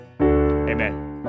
Amen